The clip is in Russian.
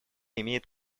имеет